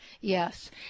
yes